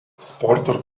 sporto